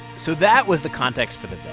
so that was the context for the